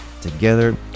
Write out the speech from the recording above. together